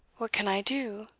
what can i do?